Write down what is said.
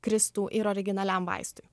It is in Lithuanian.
kristų ir originaliam vaistui